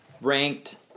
ranked